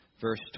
verse